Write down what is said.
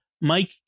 Mike